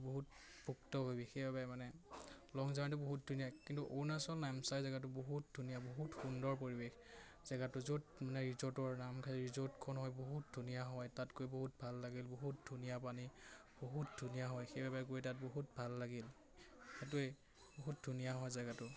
বহুত ভুক্তভোগী সেইবাবে মানে লং জাৰ্ণীটো বহুত ধুনীয়া কিন্তু অৰুণাচল নামচাই জেগাটো বহুত ধুনীয়া বহুত সুন্দৰ পৰিৱেশ জেগাটো য'ত মানে ৰিজৰ্টৰ নামচাই ৰিজৰ্টখন হয় বহুত ধুনীয়া হয় তাত গৈ বহুত ভাল লাগিল বহুত ধুনীয়া পানী বহুত ধুনীয়া হয় সেইবাবে গৈ তাত বহুত ভাল লাগিল সেইটোৱে বহুত ধুনীয়া হয় জেগাটো